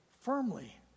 firmly